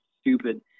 stupid